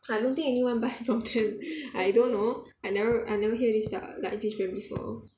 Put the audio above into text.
I don't think anyone buy from them I don't know I never I never hear this err like this brand before